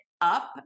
up